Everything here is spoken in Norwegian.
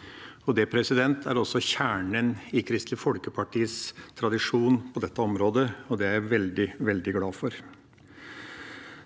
familieliv. Det er også kjernen i Kristelig Folkepartis tradisjon på dette området, og det er jeg veldig glad for.